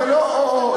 זה לא או או.